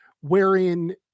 wherein